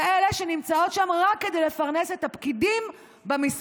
כאלה שנמצאות שם רק כדי לפרנס את הפקידים במשרדים,